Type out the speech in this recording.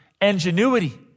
ingenuity